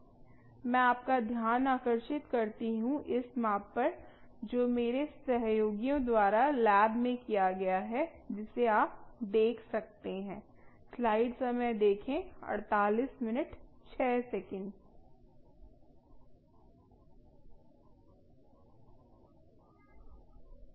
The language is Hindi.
मैं आपका ध्यान आकर्षित करती हूँ इस माप पर जो मेरे सहयोगियों द्वारा लैब में किया गया है जिसे आप देख सकते हैं